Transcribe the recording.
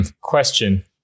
Question